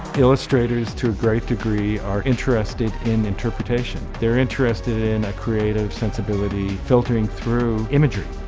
illustrators to a great degree are interested in interpretation. they're interested in a creative sensibility filtering through imagery.